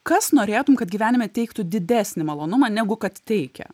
kas norėtum kad gyvenime teiktų didesnį malonumą negu kad teikia